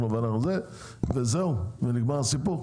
זהו ונגמר הסיפור?